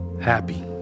happy